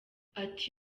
ati